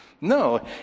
No